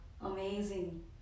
Amazing